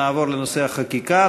נעבור לחקיקה.